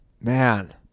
Man